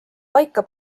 paika